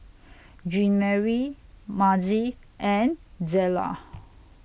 Jeanmarie Mazie and Zela